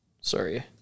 sorry